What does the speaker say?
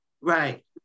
right